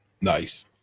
Nice